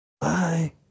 Bye